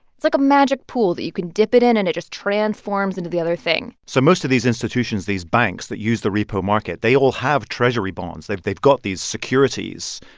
it's like a magic pool that you can dip it in and it just transforms into the other thing so most of these institutions these banks that use the repo market they all have treasury bonds. they've they've got these securities,